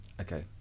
Okay